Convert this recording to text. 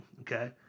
Okay